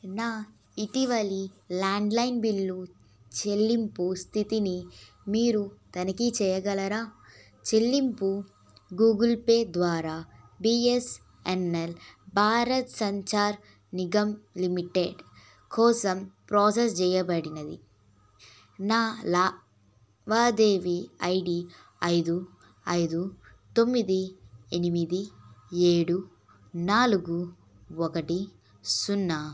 నా ఇటీవలి landline bill చెల్లింపు స్థితిని మీరు తనిఖీ చేయగలరా చెల్లింపు గూగుల్పే ద్వారా B S N L Bharat Sanchar Nigam limited కోసం ప్రాసెస్ చేయబడినది నా లావాదేవీ ఐ డి ఐదు ఐదు తొమ్మిది ఎనిమిది ఏడు నాలుగు ఒకటి సున్నా